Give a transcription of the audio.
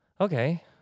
okay